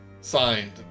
Signed